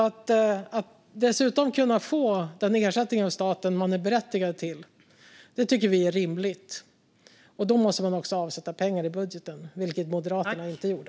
Att man dessutom ska kunna få den ersättning av staten man är berättigad till tycker vi är rimligt. Då måste man också avsätta pengar för det i budgeten, vilket Moderaterna inte gjorde.